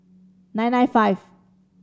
nine nine five